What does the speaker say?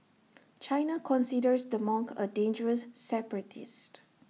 China considers the monk A dangerous separatist